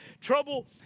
Trouble